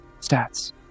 stats